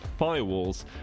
firewalls